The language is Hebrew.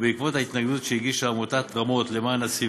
ובעקבות ההתנגדות שהגישה עמותת "רמות למען הסביבה",